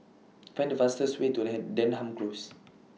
Find The fastest Way to Ham Denham Close